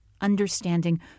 understanding